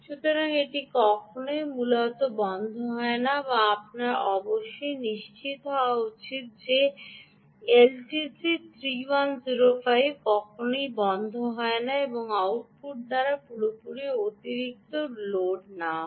সুতরাং এটি কখনই মূলত বন্ধ হয় না আপনার অবশ্যই নিশ্চিত হওয়া উচিত যে এলটিসি 3105 কখনই বন্ধ হয় না এবং আউটপুট দ্বারা পুরোপুরি অতিরিক্ত লোড না হয়